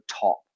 top